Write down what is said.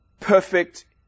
perfect